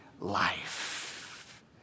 life